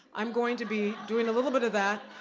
i'm going to be doing a little bit of that,